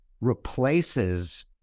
replaces